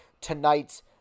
tonight's